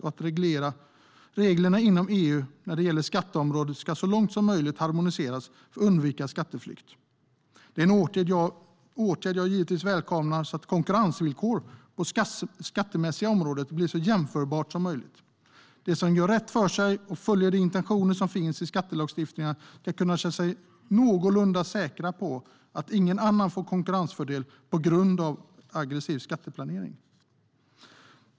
Och reglerna inom EU när det gäller skatteområdet ska så långt som möjligt harmoniseras för att undvika skatteflykt. Det är en åtgärd som jag givetvis välkomnar. Det handlar om att konkurrensvillkoren på det skattemässiga området blir så jämförbara som möjligt. De som gör rätt för sig och följer de intentioner som finns i skattelagstiftningarna ska kunna känna sig någorlunda säkra på att ingen annan får en konkurrensfördel på grund av aggressiv skatteplanering.